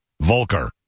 Volker